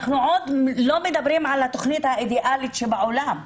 אנחנו עוד לא מדברים על התכנית האידיאלית שבעולם.